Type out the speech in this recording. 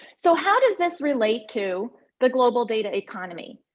so, how does this relate to the global data economy?